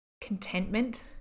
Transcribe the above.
contentment